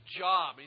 job